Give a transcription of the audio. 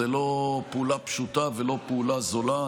זו לא פעולה פשוטה ולא פעולה זולה.